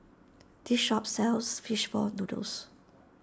this shop sells Fish Ball Noodles